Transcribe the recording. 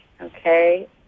Okay